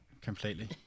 completely